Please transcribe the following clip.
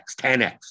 10X